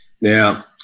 Now